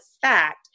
fact